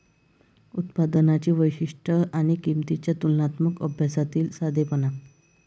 उत्पादनांची वैशिष्ट्ये आणि किंमतींच्या तुलनात्मक अभ्यासातील साधेपणा